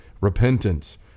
repentance